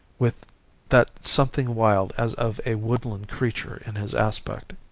with that something wild as of a woodland creature in his aspect.